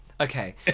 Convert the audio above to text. Okay